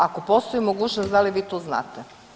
Ako postoji mogućnost da li vi to znate?